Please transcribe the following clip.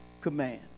command